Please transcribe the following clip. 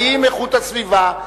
האם איכות הסביבה?